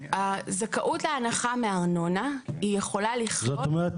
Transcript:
הזכאות להנחה בארנונה --- כלומר,